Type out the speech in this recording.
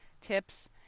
tips